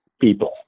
people